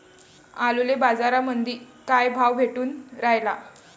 आलूले बाजारामंदी काय भाव भेटून रायला?